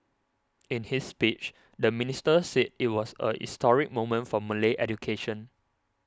in his speech the minister said it was a historic moment for Malay education